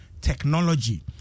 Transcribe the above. technology